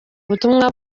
ubutumwa